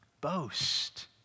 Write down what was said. Boast